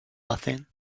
nothing